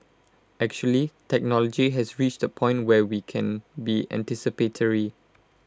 actually technology has reached A point where we can be anticipatory